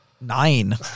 nine